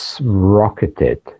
rocketed